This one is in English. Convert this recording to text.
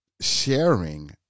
sharing